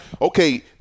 okay –